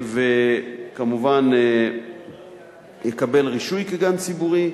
כמובן יקבל רישוי כגן ציבורי,